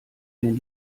den